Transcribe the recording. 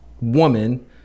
Woman